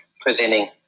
presenting